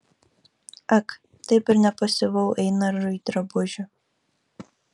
ak taip ir nepasiuvau einarui drabužių